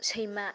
सैमा